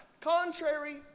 contrary